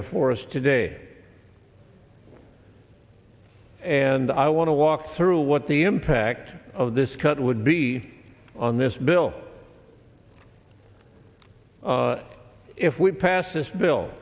before us today and i want to walk through what the impact of this cut would be on this bill if we pass this bill